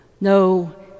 No